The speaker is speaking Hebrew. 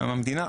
המדינה,